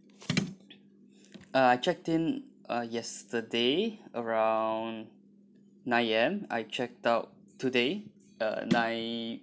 uh I checked in uh yesterday around nine A_M I checked out today uh nine